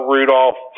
Rudolph